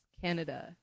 Canada